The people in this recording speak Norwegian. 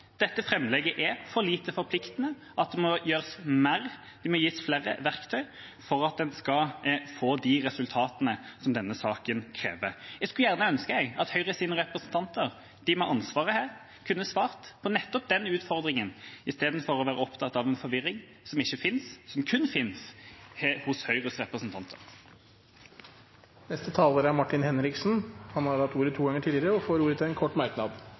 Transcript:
dette framlegget er for lite forpliktende, det må gjøres mer, det må gis flere verktøy for at en skal få de resultatene som denne saken krever. Jeg skulle ønske at Høyres representanter, de med ansvaret her, kunne svart på nettopp den utfordringen, istedenfor å være opptatt av en forvirring som kun finnes hos Høyres representanter. Representanten Martin Henriksen har hatt ordet to ganger tidligere og får ordet til en kort merknad,